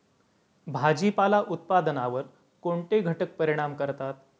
भाजीपाला उत्पादनावर कोणते घटक परिणाम करतात?